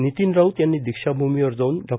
नितीन राऊत यांनी दीक्षाभूमीवर जाऊन डॉ